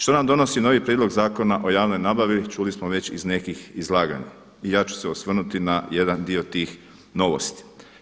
Što nam donosi novi Prijedlog zakona o javnoj nabavi čuli smo već iz nekih izlaganja i ja ću se osvrnuti na jedan dio tih novosti.